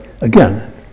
again